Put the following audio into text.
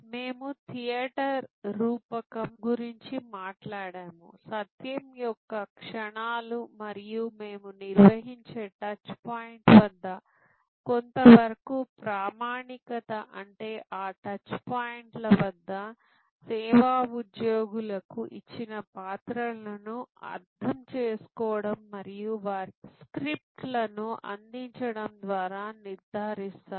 మేము థియేటర్ రూపకం గురించి మాట్లాడాము సత్యం యొక్క క్షణాలు మరియు మేము నిర్వహించే టచ్ పాయింట్ వద్ద కొంతవరకు ప్రామాణికత అంటే ఆ టచ్ పాయింట్ల వద్ద సేవా ఉద్యోగులకు ఇచ్చిన పాత్రలను అర్థం చేసుకోవడం మరియు వారికి స్క్రిప్ట్లను అందించడం ద్వారా నిర్ధారిస్తారు